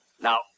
Now